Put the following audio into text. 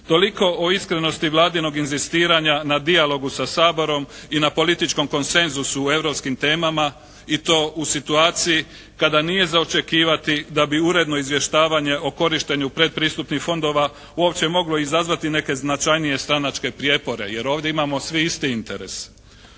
Toliko o iskrenosti Vladinog inzistiranja na dijalogu sa Saborom i na političkom konsenzusu o europskim temama i to u situaciji kada nije za očekivati da bi uredno izvještavanje o korištenju predpristupnih fondova uopće moglo izazvati neke značajnije stranačke prijepore, jer ovdje imamo svi isti interes.